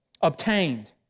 Obtained